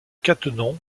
cattenom